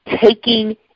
taking